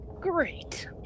Great